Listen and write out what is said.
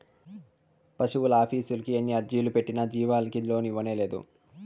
పశువులాఫీసుకి ఎన్ని అర్జీలు పెట్టినా జీవాలకి లోను ఇయ్యనేలేదు